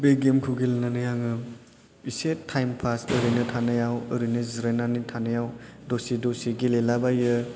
बे गेमखौ गेलेनानै आङो एसे टाइम पास ओरैनो थानायाव ओरैनो जिरायनानै थानायाव दसे दसे गेलेला बायो